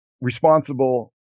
responsible